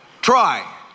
try